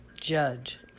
judge